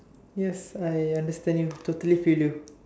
yes I understand you totally feel you